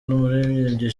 n’umuririmbyi